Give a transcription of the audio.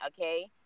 okay